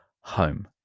home